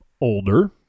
older